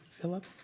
Philip